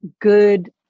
good